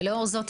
ולאור זאת,